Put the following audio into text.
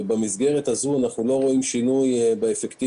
ובמסגרת הזו אנחנו לא רואים שינוי באפקטיביות.